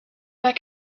pas